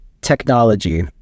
Technology